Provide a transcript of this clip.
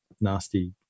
nasty